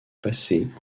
passées